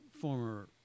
former